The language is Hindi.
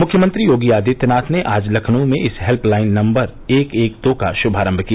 मुख्यमंत्री योगी आदित्यनाथ ने आज लखनऊ में इस हेल्प लाइन नम्बर एक एक दो का शुभारम्भ किया